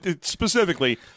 specifically